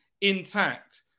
intact